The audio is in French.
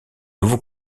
nouveau